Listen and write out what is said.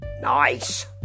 Nice